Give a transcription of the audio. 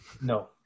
No